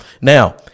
Now